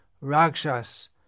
rakshas